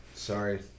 Sorry